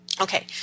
Okay